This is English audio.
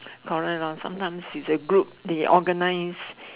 correct lor sometimes it's a group they organise